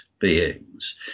beings